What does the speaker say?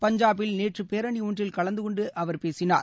பஞ்சாபில் நேற்று பேரணி ஒன்றில் கலந்துகொண்டு அவர் பேசினார்